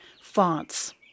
Fonts